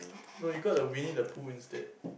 no you got the Winnie-the-Pooh instead